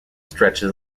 stretches